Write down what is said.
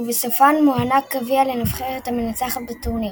ובסופו מוענק הגביע לנבחרת המנצחת בטורניר.